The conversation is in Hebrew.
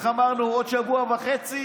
איך אמרנו, עוד שבוע וחצי